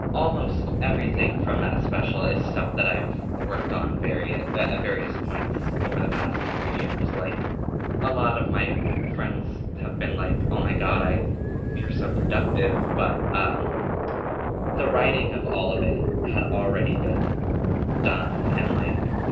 almost everything from that special is stuff that i've worked on very at ah various points over the past couple years. like a lot of my friends have been like, oh my god, i you're so productive. but um the writing of all of it had already been done and like,